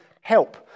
help